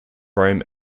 rome